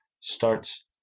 starts